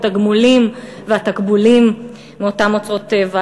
התגמולים והתקבולים מאותם אוצרות טבע,